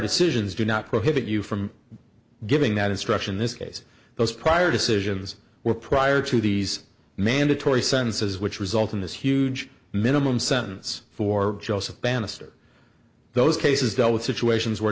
decisions did not prohibit you from giving that instruction this case those prior decisions were prior to these mandatory sentences which result in this huge minimum sentence for joseph bannister those cases dealt with situations where